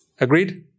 Agreed